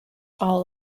all